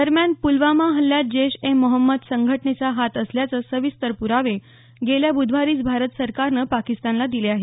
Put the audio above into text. दरम्यान पुलवामा हल्ल्यात जैश ए मोहम्मद संघटनेचा हात असल्याचे सविस्तर प्रावे गेल्या ब्रधवारीच भारत सरकारनं पाकिस्तानला दिले आहेत